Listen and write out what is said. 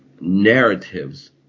narratives